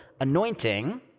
anointing